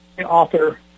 Author